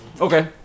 Okay